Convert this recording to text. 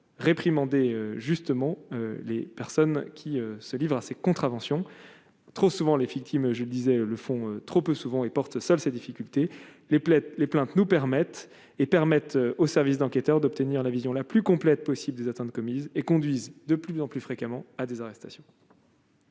réprimandé justement les personnes qui se livrent à ces contraventions trop souvent les victimes, je le disais le font trop peu souvent et porte seul ces difficultés, les plaies les plaintes nous permettent et permettent au service d'enquêteurs d'obtenir la vision la plus complète possible des atteintes commises et conduisent de plus en plus fréquemment à des arrestations.